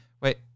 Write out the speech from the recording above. Wait